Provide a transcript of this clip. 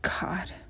God